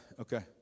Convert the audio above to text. okay